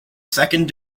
second